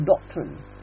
doctrine